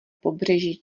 pobřeží